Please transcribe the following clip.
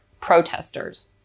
protesters